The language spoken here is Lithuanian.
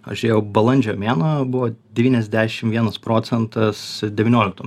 aš jau balandžio mėnuo buvo devyniasdešim vienas procentas devynioliktų